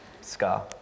Scar